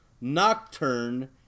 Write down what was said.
Nocturne